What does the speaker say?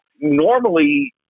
Normally